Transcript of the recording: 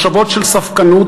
מחשבות של ספקנות,